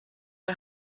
you